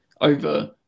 over